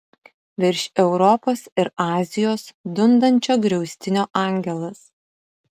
virš europos ir azijos dundančio griaustinio angelas